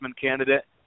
candidate